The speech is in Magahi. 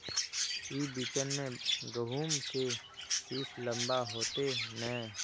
ई बिचन में गहुम के सीस लम्बा होते नय?